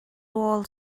old